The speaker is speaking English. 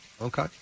Okay